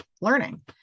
learning